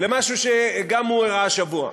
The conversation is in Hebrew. למשהו שגם הוא אירע השבוע.